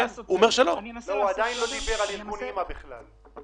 יש מעונות מוכרים עם סמל אם זה